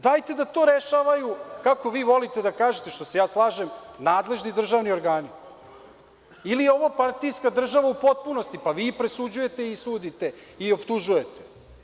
Dajte da to rešavaju, kako vi volite da kažete, što se ja slažem, nadležni državni organi ili je ovo partijska država u potpunosti, pa vi presuđujete i sudite i optužujete.